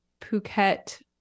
Phuket